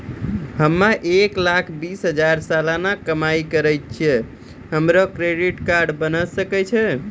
हम्मय एक लाख बीस हजार सलाना कमाई करे छियै, हमरो क्रेडिट कार्ड बने सकय छै?